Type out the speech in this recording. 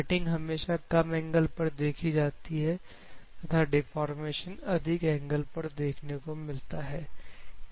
cutting हमेशा कम angle पर देखी जाती है तथा डिफॉर्मेशन अधिक एंगल पर देखने को मिलता है